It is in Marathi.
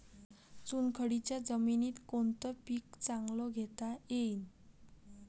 चुनखडीच्या जमीनीत कोनतं पीक चांगलं घेता येईन?